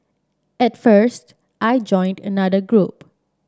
at first I joined another group